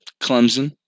Clemson